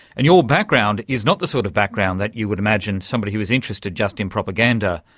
and your background is not the sort of background that you would imagine somebody who was interested just in propaganda,